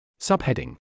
Subheading